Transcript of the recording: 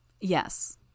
Yes